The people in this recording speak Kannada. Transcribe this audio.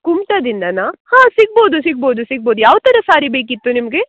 ಕುಮಟದಿಂದನಾ ಹಾಂ ಸಿಗ್ಬೌದು ಸಿಗ್ಬೌದು ಸಿಗ್ಬೌದು ಯಾವ್ತರ ಸಾರಿ ಬೇಕಿತ್ತು ನಿಮಗೆ